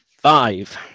five